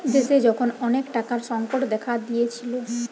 দেশে যখন অনেক টাকার সংকট দেখা দিয়েছিলো